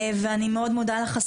ואני מאוד מודה לך,